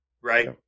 Right